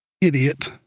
idiot